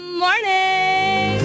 morning